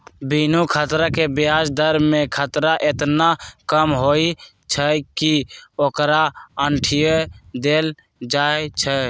बिनु खतरा के ब्याज दर में खतरा एतना कम होइ छइ कि ओकरा अंठिय देल जाइ छइ